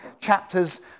chapters